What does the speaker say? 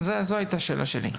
אוקיי, זו הייתה השאלה שלי.